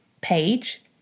page